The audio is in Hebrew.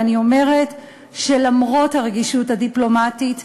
אבל אני אומרת שלמרות הרגישות הדיפלומטית,